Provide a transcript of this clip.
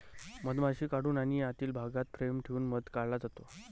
मधमाशी काढून आणि आतील भागात फ्रेम ठेवून मध काढला जातो